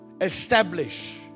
Establish